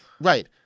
right